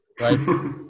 right